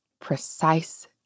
precise